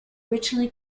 originally